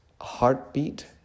heartbeat